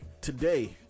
today